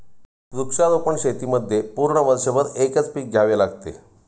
वृक्षारोपण शेतीमध्ये पूर्ण वर्षभर एकच पीक घ्यावे लागते